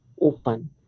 open